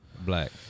Black